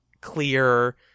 clear –